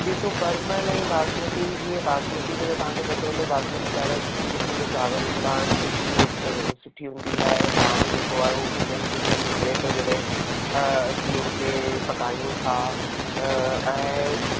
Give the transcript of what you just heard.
ॾिसो परमल ऐं बासमती जीअं बासमती जो त तव्हांखे पतो हूंदो बासमती त ॾाढा सूठे क़िस्मनि जा चावर हूंदा आहिनि ख़ुश्बू वटि सुठी हूंदी आहे दाणो जेको आहे उहो खिलियल खिलियल निकिरे थो जॾहिं असीं हुनखे पकायूं था ऐं